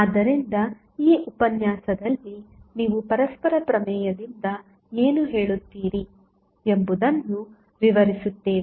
ಆದ್ದರಿಂದ ಈ ಉಪನ್ಯಾಸದಲ್ಲಿ ನೀವು ಪರಸ್ಪರ ಪ್ರಮೇಯದಿಂದ ಏನು ಹೇಳುತ್ತೀರಿ ಎಂಬುದನ್ನು ವಿವರಿಸುತ್ತೇವೆ